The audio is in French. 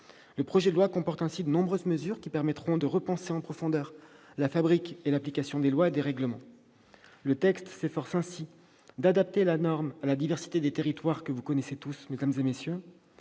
Le projet de loi comporte ainsi de nombreuses mesures qui permettront de repenser en profondeur la fabrique et l'application des lois et des règlements. Le texte s'efforce ainsi d'adapter la norme à la diversité des territoires, que vous connaissez tous, mesdames, messieurs